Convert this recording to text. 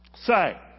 Say